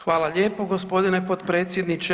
Hvala lijepa gospodine potpredsjedniče.